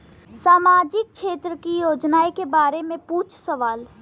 सामाजिक क्षेत्र की योजनाए के बारे में पूछ सवाल?